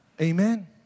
Amen